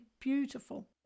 beautiful